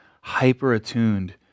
hyper-attuned